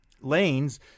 lanes